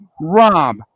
Rob